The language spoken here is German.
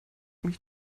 mich